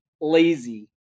lazy